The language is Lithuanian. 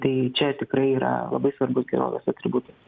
tai čia tikrai yra labai svarbus gerovės atributas